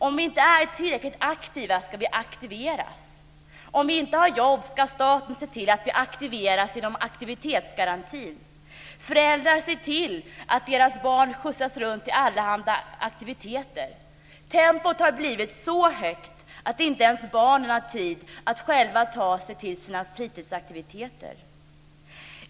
Om vi inte är tillräckligt aktiva ska vi aktiveras. Om vi inte har jobb ska staten se till att vi aktiveras inom aktivitetsgarantin. Föräldrar ser till att deras barn skjutsas runt till allehanda aktiviteter. Tempot har blivit så högt att inte ens barnen har tid att själva ta sig till sina fritidsaktiviteter.